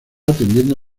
atendiendo